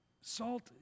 salt